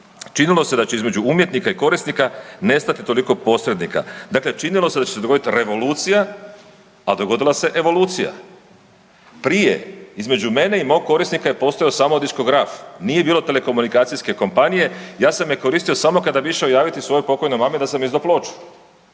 Činilo se da će između umjetnika i korisnika nestati toliko posrednika, dakle činilo se da će se dogoditi revolucija, a dogodila se evolucija. Prije između mene i mog korisnika je postojao samo diskograf, nije bilo telekomunikacijske kompanije, ja sam je koristio samo kada bih išao javiti svojoj pokojnoj mami da sam izdao ploču.